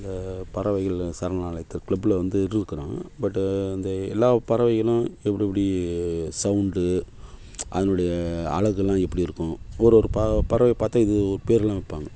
இந்த பறவைகள் சரணாலயத்து க்ளப்பில் வந்து இருக்கிறோம் பட் அந்த எல்லா பறவைகளும் எப்படி எப்படி சவுண்டு அதனுடைய அலகெல்லாம் எப்படி இருக்கும் ஒரு ஒரு ப பறவையை பார்த்தா இது ஒர் பேரெல்லாம் வைப்பாங்க